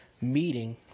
meeting